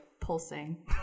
pulsing